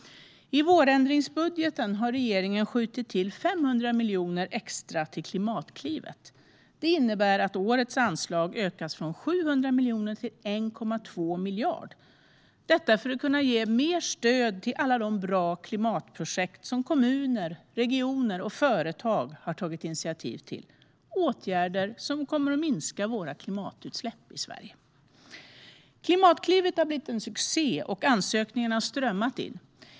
I vårändringsbudgeten har regeringen skjutit till 500 miljoner extra till Klimatklivet. Det innebär att årets anslag ökas från 700 miljoner till 1,2 miljarder för att kunna ge mer stöd till alla de bra klimatprojekt som kommuner, regioner och företag har tagit initiativ till. Det är åtgärder som kommer att minska våra klimatutsläpp i Sverige. Klimatklivet har blivit en succé, och ansökningarna har strömmat in.